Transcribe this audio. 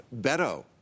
Beto